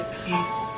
peace